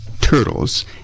turtles